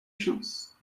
chances